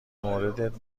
موردت